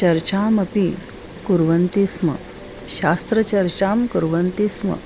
चर्चामपि कुर्वन्ति स्म शास्त्रचर्चां कुर्वन्ति स्म